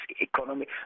economy